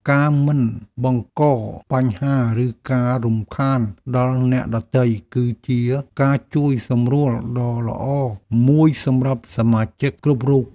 ការមិនបង្កបញ្ហា ឬការរំខានដល់អ្នកដទៃ គឺជាការជួយសម្រួលដ៏ល្អមួយសម្រាប់សមាជិកគ្រប់រូប។